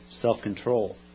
self-control